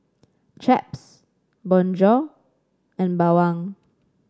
Chaps Bonjour and Bawang